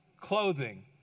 clothing